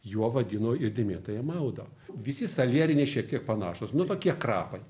juo vadino ir dėmėtąją maudą visi salieriniai šiek tiek panašus nuo to kiek krapai